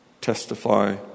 testify